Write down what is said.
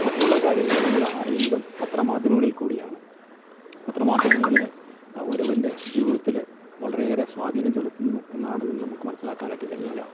മറ്റുള്ള കാര്യങ്ങള് നമ്മള് അറിയുന്നതും പത്രമാധ്യമങ്ങളിൽ കൂടിയാണ് പത്രമാധ്യമങ്ങളില് ഒരുവൻ്റെ ജീവിതത്തില് വളരെയേറെ സ്വാധീനം ചെലുത്തുന്നു എന്നാണ് ഇതിൽ നിന്ന് നമുക്ക് മനസ്സിലാക്കാനായിട്ട് കഴിയുക